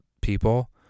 people